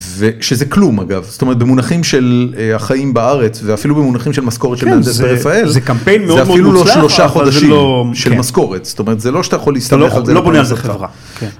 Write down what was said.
ושזה כלום אגב, זאת אומרת במונחים של החיים בארץ ואפילו במונחים של משכורת של מהנדס ברפאל, זה קמפיין מאוד מאוד מוצלח, זה אפילו לא שלושה חודשים של משכורת, זאת אומרת זה לא שאתה יכול להסתמך על זה... לא בונה על זה ככה.